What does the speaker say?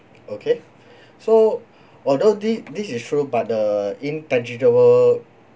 okay so although this this is true but the intangible